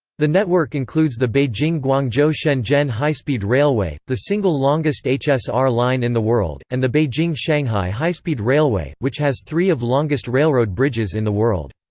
the network includes the beijing-guangzhou-shenzhen high-speed railway, the single longest hsr line in the world, and the beijing-shanghai high-speed railway, which has three of longest railroad bridges in the world.